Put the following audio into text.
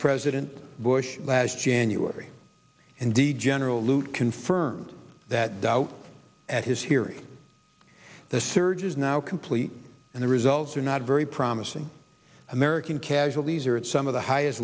president bush last january and d general lute confirmed that doubt at his hearing the surge is now complete and the results are not very promising american casualties are at some of the highest